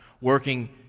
working